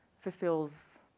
fulfills